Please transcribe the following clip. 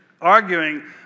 arguing